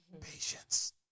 Patience